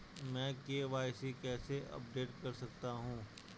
मैं के.वाई.सी कैसे अपडेट कर सकता हूं?